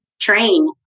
train